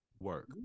work